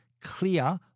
clear